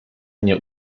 mnie